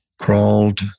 crawled